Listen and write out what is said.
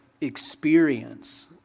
experience